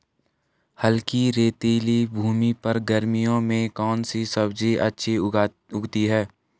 हल्की रेतीली भूमि पर गर्मियों में कौन सी सब्जी अच्छी उगती है?